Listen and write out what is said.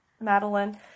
Madeline